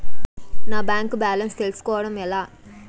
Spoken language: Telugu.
నా బ్యాంకు బ్యాలెన్స్ తెలుస్కోవడం ఎలా?